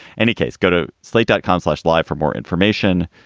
any case. go to slate dot com slash live for more information.